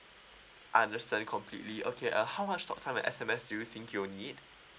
I understand completely okay uh how much talk time and S_M_S do you think you will need